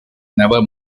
never